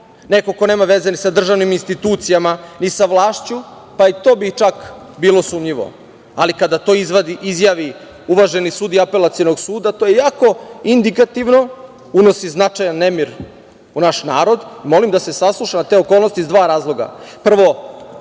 neko ko nema veze sa državnim institucijama, ni sa vlašću, pa bi i to čak bilo sumnjivo, ali kada to izjavi uvaženi sudija Apelacionog suda, to je jako indikativno, unosi značajan nemir u naš narod, molim da se sasluša, na te okolnosti, iz dva razloga. Prvo,